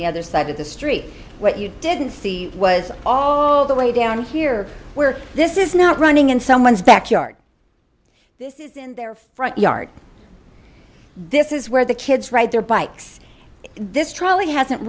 the other side of the street what you didn't see was all the way down here where this is not running in someone's backyard this is in their front yard this is where the kids ride their bikes this trolley hasn't